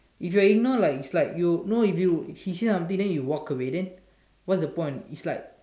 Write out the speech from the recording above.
if you ignore like it's like you no if you she say something then you walk away then what's the point it's like